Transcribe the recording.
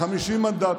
50 מנדטים.